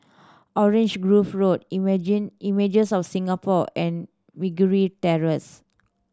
Orange Grove Road Images of Singapore and Meragi Terrace